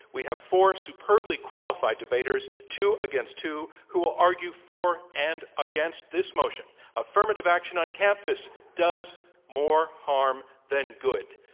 we have four superbly qualified debaters, two against two, who will argue for and against this motion affirmative action on campus does more harm than good.